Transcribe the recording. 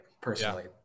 personally